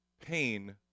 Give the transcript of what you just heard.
pain